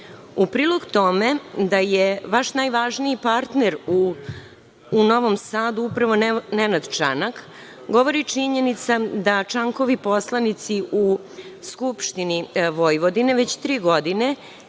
prilog tome da je vaš najvažniji partner u Novom Sadu, upravo Nenad Čanak, govori činjenica da Čankovi poslanici u Skupštini Vojvodine već tri godine